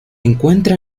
encuentra